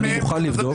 לבדוק.